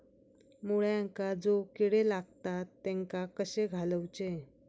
मुळ्यांका जो किडे लागतात तेनका कशे घालवचे?